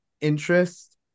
interest